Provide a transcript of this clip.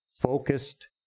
focused